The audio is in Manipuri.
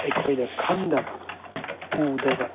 ꯑꯩꯈꯣꯏꯅ ꯈꯪꯗꯕ ꯎꯗꯕ